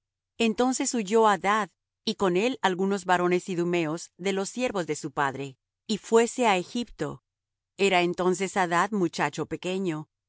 entonces huyó adad y con él algunos varones idumeos de los siervos de su padre y fuése á egipto era entonces adad muchacho pequeño